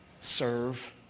serve